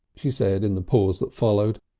she said in the pause that followed.